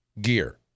gear